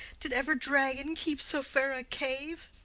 did ever dragon keep so fair a cave?